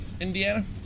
Indiana